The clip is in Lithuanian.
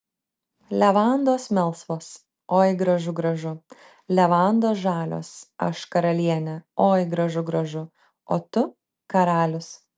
levandos melsvos oi gražu gražu levandos žalios aš karalienė oi gražu gražu o tu karalius